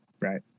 Right